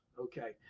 Okay